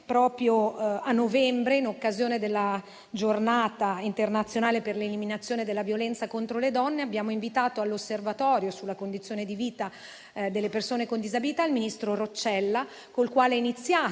ragione, a novembre, in occasione della Giornata internazionale per l'eliminazione della violenza contro le donne, abbiamo invitato all'Osservatorio nazionale sulla condizione di vita delle persone con disabilità il ministro Roccella, col quale è iniziato